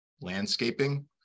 landscaping